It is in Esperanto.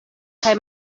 kaj